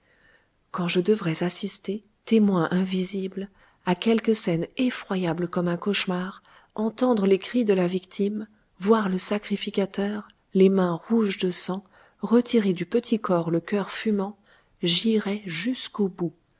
quand je devrais assister témoin invisible à quelque scène effroyable comme un cauchemar entendre les cris de la victime voir le sacrificateur les mains rouges de sang retirer du petit corps le cœur fumant j'irai jusqu'au bout